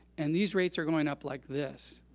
and these rates are going up like this.